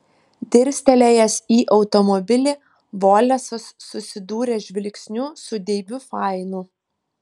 dirstelėjęs į automobilį volesas susidūrė žvilgsniu su deiviu fainu